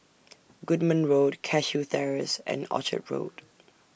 Goodman Road Cashew Terrace and Orchard Road